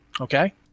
Okay